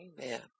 Amen